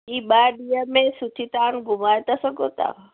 हीअ ॿ ॾींहनि में सुठी तरह घुमाए था सघो तव्हां